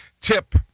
Tip